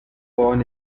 born